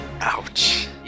Ouch